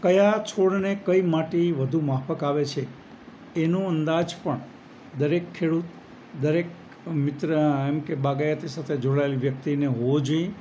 કયા છોડને કઈ માટી વધુ માફક આવે છે એનું અંદાજ પણ દરેક ખેડૂત દરેક મિત્ર એમ કે બાગાયતી સાથે જોડાયેલી વ્યક્તિને હોવો જોઈએ